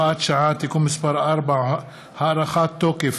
(הוראת שעה) (תיקון מס' 4) (הארכת תוקף),